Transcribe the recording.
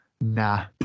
Nah